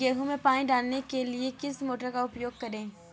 गेहूँ में पानी डालने के लिए किस मोटर का उपयोग करें?